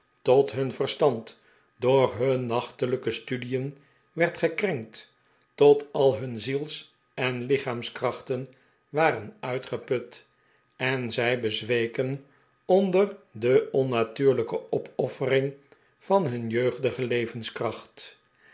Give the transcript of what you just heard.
tot hun verstand door hun nachtelijke studien werd gekrenkt tot al hun ziels en lichaamskrachten waren uitgeput en zij bezweken onder de onnatuurlijke opoffering van hun jeugdige levenskracht